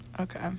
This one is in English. Okay